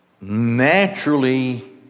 naturally